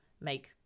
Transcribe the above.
make